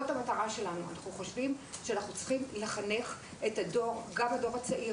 אנחנו חושבים שאנחנו צריכים לחנך גם את הדור הצעיר